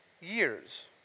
years